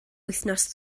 wythnos